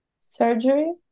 surgery